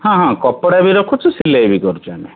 ହଁ ହଁ କପଡ଼ା ବି ରଖୁଛୁ ସିଲେଇ ବି କରୁଛୁ ଆମେ